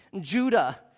Judah